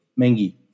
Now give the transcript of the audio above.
Mengi